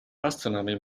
astronomy